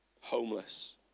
homeless